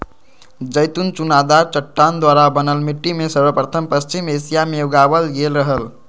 जैतून चुनादार चट्टान द्वारा बनल मिट्टी में सर्वप्रथम पश्चिम एशिया मे उगावल गेल हल